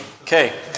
Okay